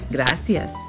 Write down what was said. Gracias